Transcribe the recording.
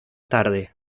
tarde